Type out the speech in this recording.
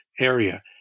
area